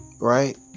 right